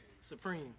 Supreme